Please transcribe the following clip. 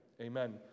amen